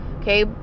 Okay